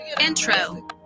Intro